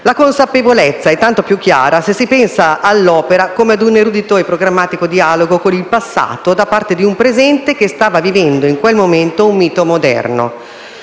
La consapevolezza è tanto più chiara se si pensa all'opera come ad un erudito e programmatico dialogo con il passato da parte di un presente che stava vivendo in quel momento un mito moderno.